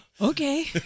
okay